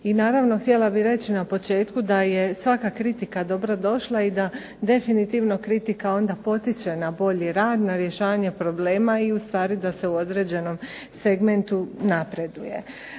I naravno htjela bih reći na početku da je svaka kritika dobro došla i da definitivno kritika onda potiče na bolji rad, na rješavanje problema i u stvari da se u određenom segmentu napreduje.